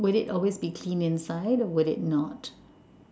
would it always be clean inside or would it not